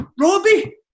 Robbie